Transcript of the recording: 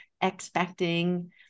expecting